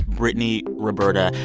brittany, roberta.